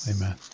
Amen